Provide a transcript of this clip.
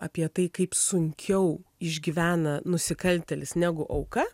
apie tai kaip sunkiau išgyvena nusikaltėlis negu auka